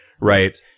right